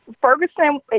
Ferguson